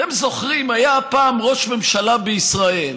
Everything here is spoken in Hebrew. אתם זוכרים, היה פעם ראש ממשלה בישראל